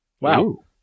Wow